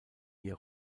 ihr